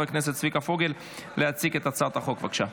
הכנסת צביקה פוגל להציג את הצעת החוק.